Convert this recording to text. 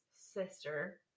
sister